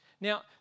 Now